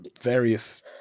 various